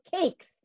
cakes